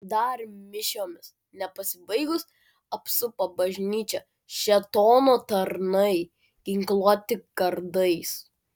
dar mišioms nepasibaigus apsupo bažnyčią šėtono tarnai ginkluoti kardais